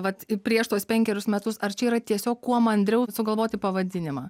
vat prieš tuos penkerius metus ar čia yra tiesiog kuo mandriau sugalvoti pavadinimą